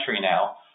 now